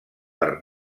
per